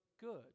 good